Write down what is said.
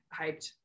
hyped